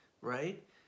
right